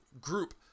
group